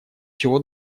чего